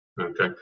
Okay